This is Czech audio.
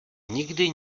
nikdy